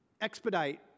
expedite